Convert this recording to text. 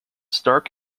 stark